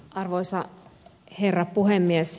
arvoisa herra puhemies